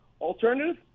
Alternative